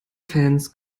fans